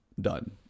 done